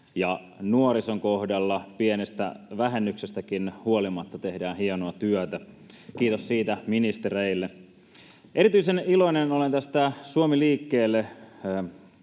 nuorison kohdalla pienestä vähennyksestäkin huolimatta tehdään hienoa työtä — kiitos siitä ministereille. Erityisen iloinen olen näistä Suomi liikkeelle